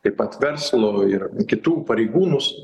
taip pat verslo ir kitų pareigūnus